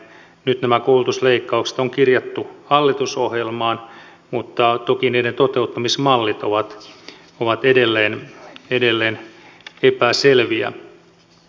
nyt nämä koulutusleikkaukset on kirjattu hallitusohjelmaan mutta toki niiden toteuttamismallit ovat edelleen epäselviä